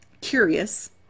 curious